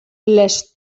les